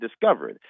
discovered